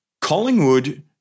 Collingwood